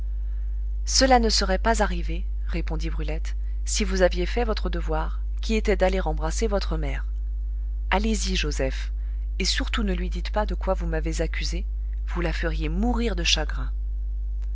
cela ne serait pas arrivé répondit brulette si vous aviez fait votre devoir qui était d'aller embrasser votre mère allez-y joseph et surtout ne lui dites pas de quoi vous m'avez accusée vous la feriez mourir de chagrin